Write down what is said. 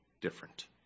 different